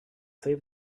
save